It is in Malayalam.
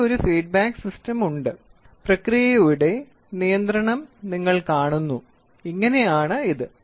ഇവിടെ ഒരു ഫീഡ്ബാക്ക് സിസ്റ്റം ഉണ്ട് പ്രക്രിയയുടെ നിയന്ത്രണം നിങ്ങൾ കാണുന്നു ഇങ്ങനെയാണ് ഇത്